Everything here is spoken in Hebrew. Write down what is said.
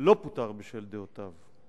לא פוטר בשל דעותיו.